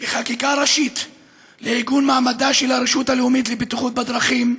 בחקיקה ראשית לעיגון מעמדה של הרשות הלאומית לבטיחות בדרכים,